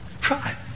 Try